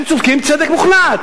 הם צודקים צדק מוחלט.